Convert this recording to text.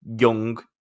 young